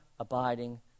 abiding